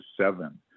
seven